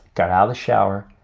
got out of shower,